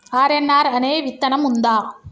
RNR అనే విత్తనం ఉందా?